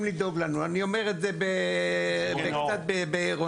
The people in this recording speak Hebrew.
לדאוג לנו ואני אומר את זה קצת באירוניה.